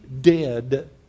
dead